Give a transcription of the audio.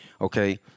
Okay